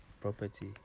property